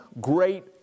great